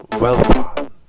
welcome